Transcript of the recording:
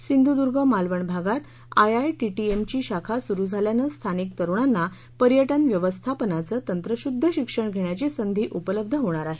सिंधुदुर्ग मालवण भागात आयआयटीटीएमची शाखा सुरू झाल्याने स्थानिक तरुणांना पर्यटन व्यवस्थापनाचे तंत्रशुध्द शिक्षण घेण्याची संधी उपलब्ध होणार आहे